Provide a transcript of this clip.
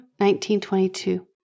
1922